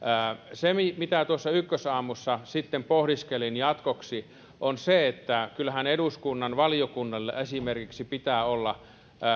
tuossa ykkösaamussa sitten pohdiskelin jatkoksi sitä että kyllähän eduskunnan valiokunnilla esimerkiksi pitää olla